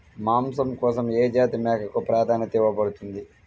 మాంసం కోసం ఏ జాతి మేకకు ప్రాధాన్యత ఇవ్వబడుతుంది?